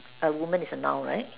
a woman is a noun right